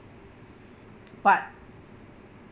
but